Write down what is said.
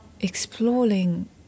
exploring